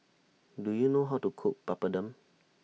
Do YOU know How to Cook Papadum